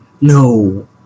No